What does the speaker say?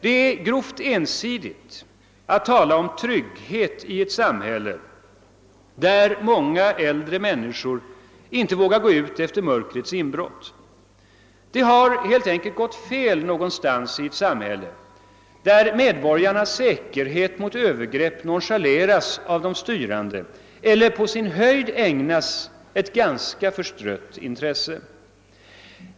Det är grovt ensidigt att tala om trygghet i ett samhälle där många äldre människor inte vågar gå ut efter mörkrets inbrott. Det har helt enkelt »gått fel» någonstans i ett samhälle där medborgarnas säkerhet mot övergrepp nonchaleras av de styrande eller på sin höjd ägnas ett ganska förstrött intresse.